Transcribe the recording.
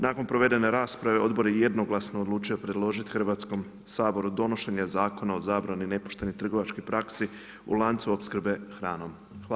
Nakon provedene rasprave odbor je jednoglasno odlučio predložiti Hrvatskom saboru donošenje Zakona o zabrani nepoštenih trgovačkih praksi u lancu opskrbe hranom.